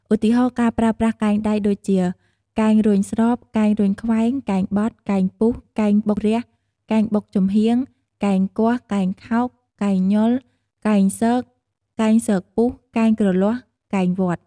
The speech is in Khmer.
ឧទាហរណ៍ ការប្រើប្រាសកែងដៃដូចជា កែងរុញស្រប កែងរុញខ្វែង កែងបត់ កែងពុះ កែងបុករះ កែងបុកចំហៀង កែងគាស់ កែងខោក កែងញុល កែងស៊ក កែងស៊កពុះ កែងគ្រលាស់ កែងវាត់ ....។